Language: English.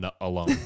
alone